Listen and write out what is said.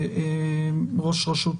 ראש רשות